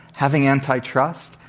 having antitrust,